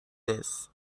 this